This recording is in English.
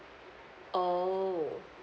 oh